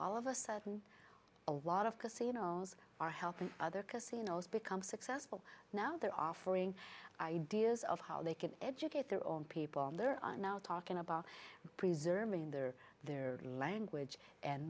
all of a sudden a lot of casinos are helping other casinos become successful now they're offering ideas of how they can educate their own people there are now talking about preserving their their language and